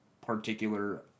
particular